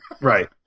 Right